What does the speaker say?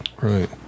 Right